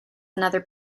another